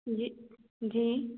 जी जी